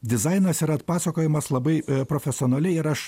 dizainas yra atpasakojamas labai profesionaliai ir aš